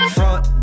front